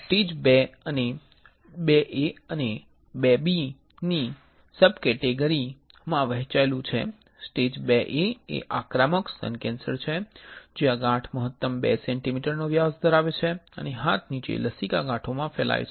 stage II એ IIA અને IIB ની સબકેટેગરી માં વહેંચાયેલું છે સ્ટેજ IIA એ આક્રમક સ્તન કેન્સર છે જ્યાં ગાંઠ મહત્તમ 2 સેન્ટિમીટર નો વ્યાસ ધરાવે છે અને હાથની નીચે લસિકા ગાંઠોમાં ફેલાય છે